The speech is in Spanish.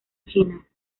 china